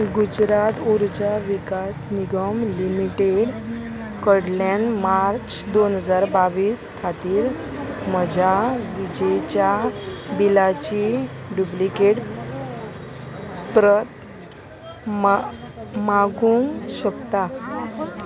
Gujarat Urja Vikas Nigam limited कडल्यान March दोन हजार बावीस खातीर म्हज्या विजेच्या बिलाची डुप्लिकेट प्रत मा मागूंक शकता